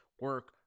Work